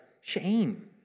shame